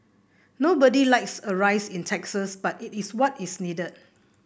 nobody likes a rise in taxes but it is what is needed